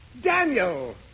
Daniel